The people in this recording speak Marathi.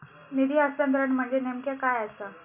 निधी हस्तांतरण म्हणजे नेमक्या काय आसा?